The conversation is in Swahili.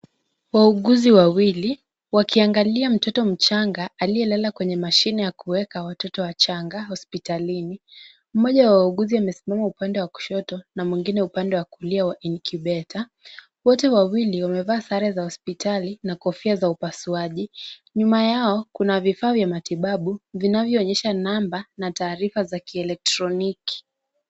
Wauguzi wawili, wakiangalia mtoto mchanga aliye lala kwenye mashine ya kuweka watoto wachanga hospitalini. Mmoja wa wauguzi amesimama upande wa kushoto na mwingine upande wa kulia wa inkubeta. Wote wawili wamevaa sare za hospitali na kofia za upasuaji. Nyuma yao kuna vifaa vya matibabu vinavyoonyesha namba na taarifa za kielektroniki.